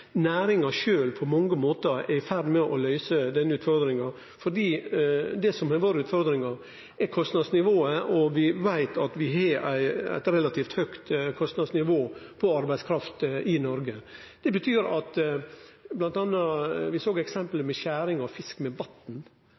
næringa sjølv på mange måtar er ei ferd med å løyse denne utfordringa, for det som har vore utfordringa, er kostnadsnivået, og vi veit at vi har eit relativt høgt kostnadsnivå når det gjeld arbeidskraft i Noreg. Blant anna såg vi eksempel på skjering av